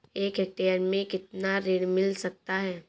एक हेक्टेयर में कितना ऋण मिल सकता है?